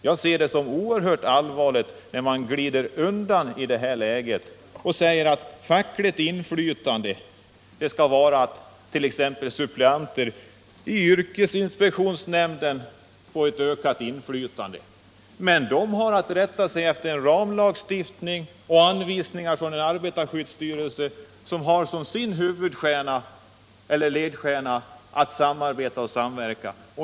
Jag ser det som oerhört allvarligt när man glider undan i det här läget och säger att fackligt inflytande skall vara t.ex. att suppleanter i yrkesinspektionsnämnden får ökat inflytande. Men de har att rätta sig efter en ramlagstiftning och anvisningar från en arbetarskyddsstyrelse som har som sin ledstjärna att samarbeta och samverka.